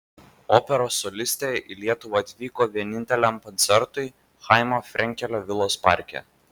operos solistė į lietuvą atvyko vieninteliam koncertui chaimo frenkelio vilos parke